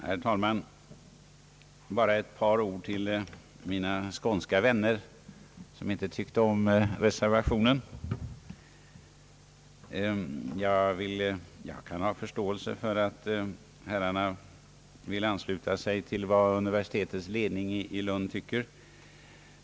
Herr talman! Jag vill bara i korthet rikta ett par ord till mina skånska vänner, som inte tyckte om reservationen. Jag kan hysa förståelse för att herrarna vill ansluta sig till vad ledningen för universitetet i Lund tycker.